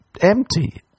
Empty